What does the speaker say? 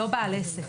לא בעל עסק.